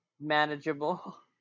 manageable